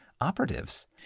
operatives